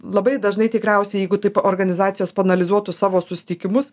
labai dažnai tikriausia jeigu taip organizacijos paanalizuotų savo susitikimus